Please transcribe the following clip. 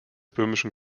böhmischen